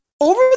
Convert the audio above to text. over